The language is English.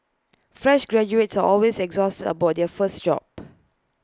fresh graduates are always anxious about their first job